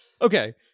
okay